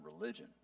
religion